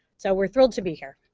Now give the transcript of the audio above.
so we're thrilled to be here.